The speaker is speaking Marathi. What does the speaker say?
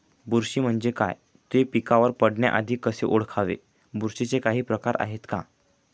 बुरशी म्हणजे काय? तो पिकावर पडण्याआधी कसे ओळखावे? बुरशीचे काही प्रकार आहेत का?